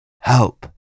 help